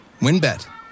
Winbet